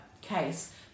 case